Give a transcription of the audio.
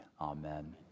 Amen